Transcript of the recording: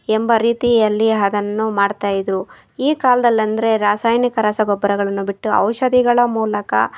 ಎಂಬ ರೀತಿಯಲ್ಲಿ ಅದನ್ನು ಮಾಡ್ತಾ ಇದ್ದರು ಈ ಕಾಲ್ದಲ್ಲಿ ಅಂದರೆ ರಾಸಾಯನಿಕ ರಸಗೊಬ್ಬರಗಳನ್ನು ಬಿಟ್ಟು ಔಷಧಿಗಳ ಮೂಲಕ